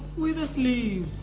with the sleeves!